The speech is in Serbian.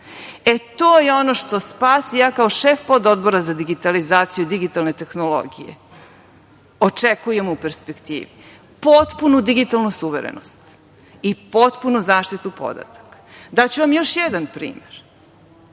je ono što SPAS i ja kao šef Pododbora za digitalizaciju i digitalne tehnologije očekujemo u perspektivi – potpunu digitalnu suverenost i potpunu zaštitu podataka. Daću vam još jedan primer,